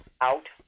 out